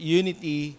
unity